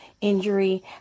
injury